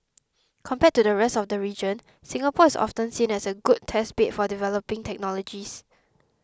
compared to the rest of the region Singapore is often seen as a good test bed for developing technologies